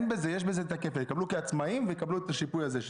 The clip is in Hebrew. הן יקבלו כעצמאיות ויקבלו את השיפוי הזה.